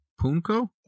punko